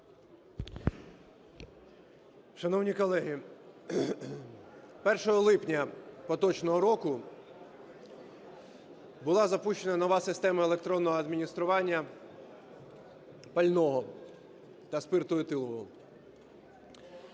Шановні колеги, 1 липня поточного року була запущена нова система електронного адміністрування пального та спирту етилового.